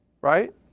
Right